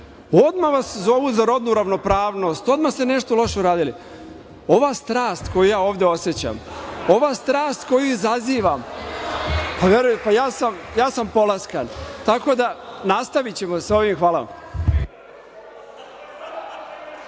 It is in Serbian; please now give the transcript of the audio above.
odmah vas zove za rodnu ravnopravnost, odmah ste nešto loše uradili. Ova strast koju ja ovde osećam, ova strast koju izazivam, pa ja sam polaskan. Nastavićemo sa ovim. Hvala